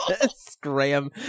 Scram